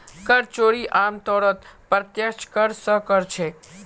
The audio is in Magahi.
कर चोरी आमतौरत प्रत्यक्ष कर स कर छेक